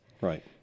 Right